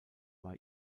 war